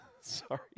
sorry